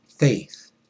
faith